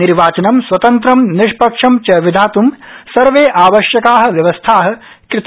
निर्वाचन स्वतन्त्रं निष्पक्षं च विधातूं सर्वें आवश्यका व्यवस्था कृता